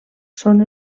són